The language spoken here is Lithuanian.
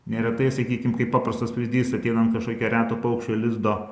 neretai sakykim kaip paprastas pavyzdys ateinam kažkokio reto paukščio lizdo